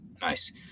nice